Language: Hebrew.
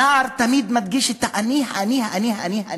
הנער תמיד מדגיש את ה"אני", "אני", "אני", "אני".